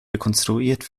rekonstruiert